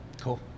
cool